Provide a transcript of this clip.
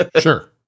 Sure